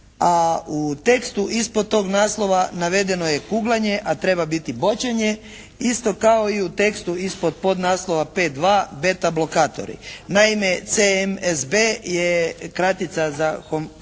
u tekstu ispod tog naslova navedeno je "kuglanje" a treba biti "boćanje". Isto kao i u tekstu ispod podnaslova "P2 beta blokatori". Naime "cmsb" je kratica za